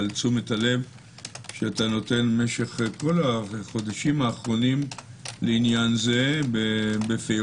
על תשומת הלב שאתה נותן משך כל החודשים האחרונים לעניין זה בפירוט.